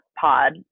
pod